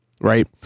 right